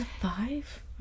Five